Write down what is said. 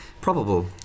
probable